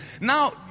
Now